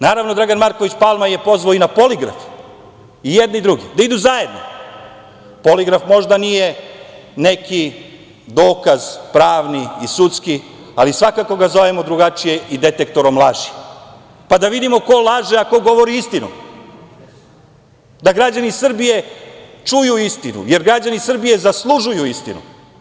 Naravno, Dragan Marković Palma je pozvao i na poligraf, i jedne i druge, da idu zajedno, poligraf možda nije neki dokaz, pravni i sudski, ali svakako ga zovemo drugačije i detektorom laži, pa da vidimo ko laže a ko govori istinu, da građani Srbije čuju istinu, jer građani Srbije zaslužuju istinu.